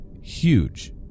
huge